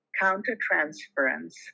counter-transference